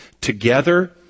together